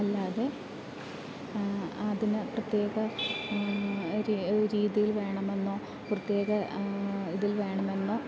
അല്ലാതെ അതിന് പ്രത്യേക രീതിയിൽ വേണം എന്നോ പ്രത്യേക ഇതിൽ വേണം എന്നോ